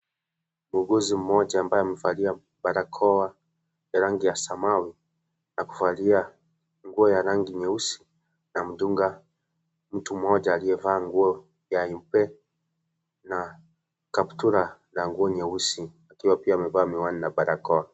Muuguzi mmoja amabye amevalia barakoa ya rangi ya samawi na kuvalia nguo ya rangi nyeusi anamdunga mtu mmoja aliyevaa nguo ya nyeupe na kaptura la nguo nyeusi akiwa pia amevaa miwani na barakoa.